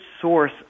source